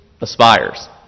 aspires